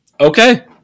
Okay